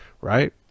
Right